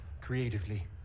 creatively